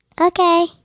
Okay